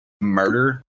murder